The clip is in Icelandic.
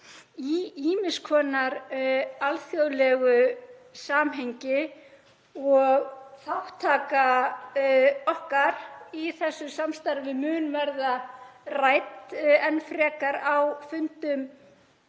ýmiss konar alþjóðlegu samhengi og þátttaka okkar í þessu samstarfi mun verða rædd enn frekar á fundum